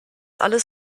alles